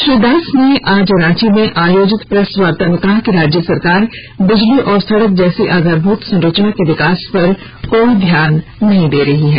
श्री दास ने आज रांची में आयोजित प्रेसवार्ता में कहा कि राज्य सरकार बिजली और सड़क जैसी आधारभूत संरचना के विकास पर कोई ध्यान नहीं दे रही है